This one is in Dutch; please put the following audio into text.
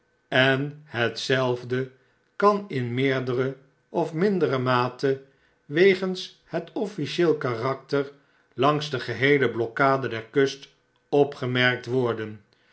en hetzelfde kan in meerdere of mindere mate wegens het officieel karakter langs de geheele blokkade der kust opgemerkt worden